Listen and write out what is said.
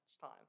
time